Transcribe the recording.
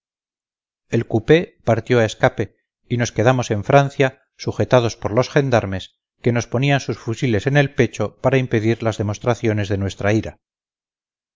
el cupé partió a escape y nos quedamos en francia sujetados por los gendarmes que nos ponían sus fusiles en el pecho para impedir las demostraciones de nuestra ira